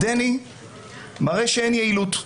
הדני מראה שאין יעילות.